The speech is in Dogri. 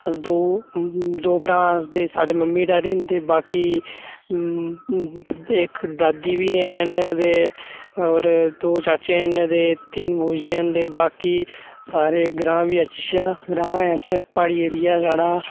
अस दो दो भ्राऽ आं अस ते साढ़े मम्मी डैडी न ते बाकी इक दादी बी हैन ते और दो चाचे ते तिन्न बूजियां न ते बाकी सारे ग्रांऽ बी अच्छा अच्छा ग्रांऽ ऐ प्हाड़ी एरिया ऐ साढ़ा